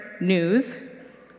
news